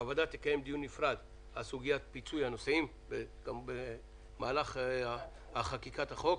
הוועדה תקיים דיון נפרד על סוגיית פיצוי הנוסעים במהלך חקיקת החוק.